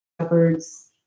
Shepherds